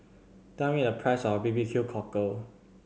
tell me the price of B B Q Cockle